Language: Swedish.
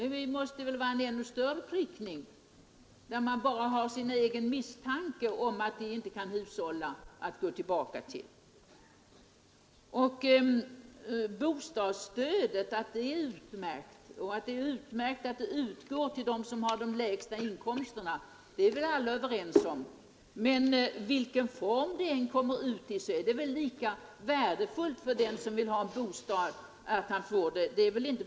Det måste väl vara en ändå större prickning när man bara har sin egen misstanke om att de inte kan hushålla att falla tillbaka på. Att bostadsstödet är utmärkt och att det är utmärkt att det utgår till dem som har de lägsta inkomsterna är väl alla överens om. Men vilken form det än kommer ut i så är det ju samma hjälp till en bostad.